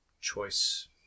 choice